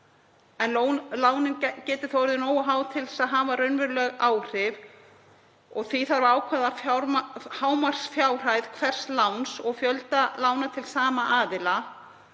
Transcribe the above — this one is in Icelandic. en lánin geti orðið nógu há til að hafa raunveruleg áhrif. Því þarf að ákveða hámarksfjárhæð hvers láns og fjölda lána til sama aðila.